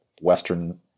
Western